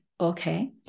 okay